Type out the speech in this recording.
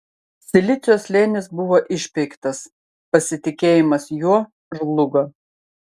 silicio slėnis buvo išpeiktas pasitikėjimas juo žlugo